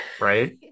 Right